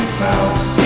house